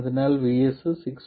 അതിനാൽ VS 6